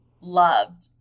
Loved